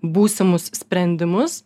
būsimus sprendimus